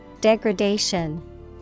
Degradation